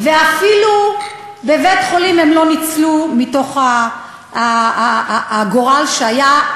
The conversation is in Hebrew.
ואפילו בבית-חולים הם לא ניצלו מהגורל שהיה,